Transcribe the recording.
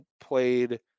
played